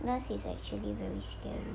nurse is actually very scary